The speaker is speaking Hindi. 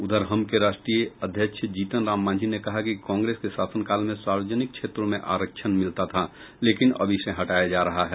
उधर हम के राष्ट्रीय अध्यक्ष जीतन राम मांझी ने कहा कि कांग्रेस के शासनकाल में सार्वजनिक क्षेत्रों में आरक्षण मिलता था लेकिन अब इसे हटाया जा रहा है